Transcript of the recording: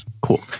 cool